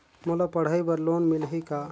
मोला पढ़ाई बर लोन मिलही का?